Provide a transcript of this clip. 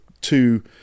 two